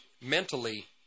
mentally